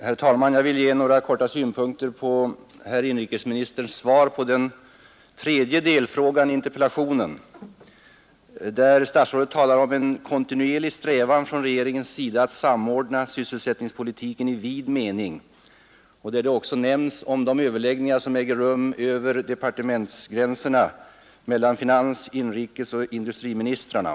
Herr talman! Jag vill helt kort ge några synpunkter som gäller herr inrikesministerns svar på den tredje delfrågan i interpellationen, där statsrådet talar om en kontinuerlig strävan från regeringens sida att samordna sysselsättningspolitiken i vid mening och där det också nämns om de överläggningar som äger rum över departementsgränserna mellan finans-, inrikesoch industriministrarna.